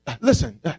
listen